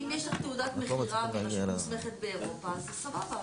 אם יש לך תעודת מכירה מרשות מוסמכת מאירופה אז זה סבבה.